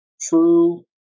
true